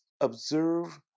Observe